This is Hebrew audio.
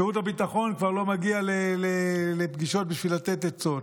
שירות הביטחון כבר לא מגיע לפגישות בשביל לתת עצות.